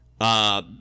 uh-